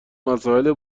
مسائل